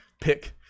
pick